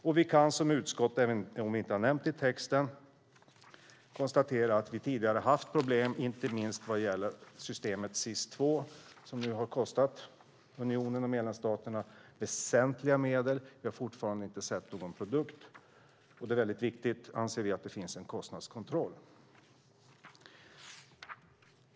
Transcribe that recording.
Även om vi i utskottet inte har nämnt det i texten kan vi konstatera att vi tidigare har haft problem, inte minst vad gäller systemet SIS II, som har kostat unionen och medlemsstaterna väsentliga medel, fast vi ännu inte har sett någon produkt. Vi anser att det är viktigt att det finns en kostnadskontroll.